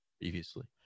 previously